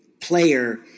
player